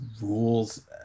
rules